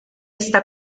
está